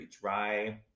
dry